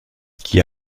qui